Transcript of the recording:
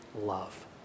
love